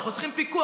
אנחנו צריכים פיקוח,